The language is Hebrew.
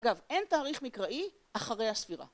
אגב, אין תאריך מקראי אחרי הספירה.